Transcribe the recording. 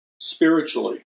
spiritually